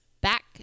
Back